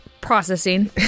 Processing